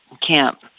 camp